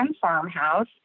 Farmhouse